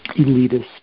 elitist